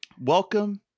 Welcome